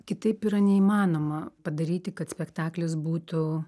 kitaip yra neįmanoma padaryti kad spektaklis būtų